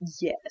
Yes